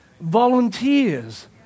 volunteers